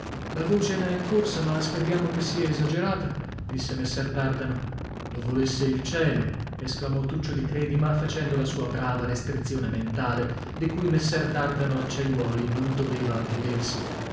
la voce ne è corsa ma speriamo che sia esagerata disse messer dardano lo volesse il cielo esclamò tuccio di credi ma facendo la sua brava restrizione mentale di cui messer dardano acciaiuoli non doveva avvedersi